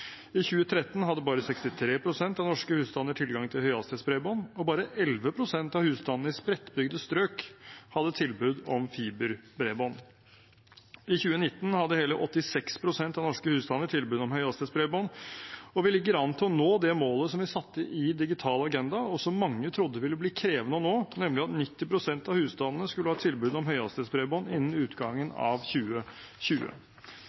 I 2013 hadde bare 63 pst. av norske husstander tilgang til høyhastighetsbredbånd, og bare 11 pst. av husstandene i spredtbygde strøk hadde tilbud om fiberbredbånd. I 2019 hadde hele 86 pst. av norske husstander tilbud om høyhastighetsbredbånd, og vi ligger an til å nå det målet som vi satte i Digital agenda, og som mange trodde ville bli krevende å nå, nemlig at 90 pst. av husstandene skulle ha tilbud om høyhastighetsbredbånd innen